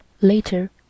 Later